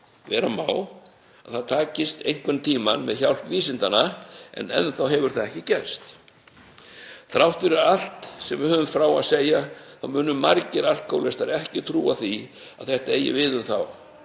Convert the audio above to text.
Vera má að það takist einhvern tímann með hjálp vísindanna, en enn þá hefur ekkert slíkt gerst. Þrátt fyrir allt sem við höfum frá að segja munu margir alkóhólistar ekki trúa því að þetta eigi við um þá.